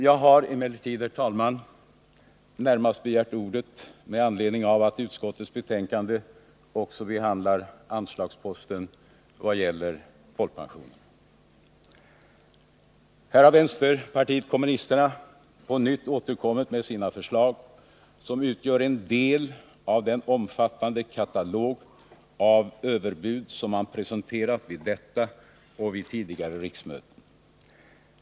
Jag har emellertid, herr talman, närmast begärt ordet med anledning av att utskottets betänkande också behandlar anslagsposten som gäller folkpensionen. Här har vänsterpartiet kommunisterna på nytt återkommit med sina förslag, som utgör en del av den omfattande katalog av överbud som de presenterat vid detta och vid tidigare riksmöten.